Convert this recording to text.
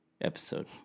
episode